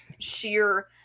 sheer